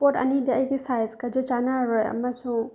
ꯄꯣꯠ ꯑꯅꯤꯗꯤ ꯑꯩꯒꯤ ꯁꯥꯏꯁꯀꯗꯤ ꯆꯥꯟꯅꯔꯔꯣꯏ ꯑꯃꯁꯨꯡ